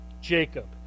Jacob